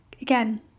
Again